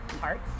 parts